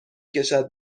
کشد